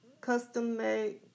custom-made